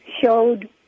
showed